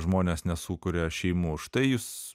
žmonės nesukuria šeimos štai jūs